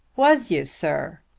was you, sir?